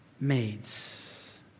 maids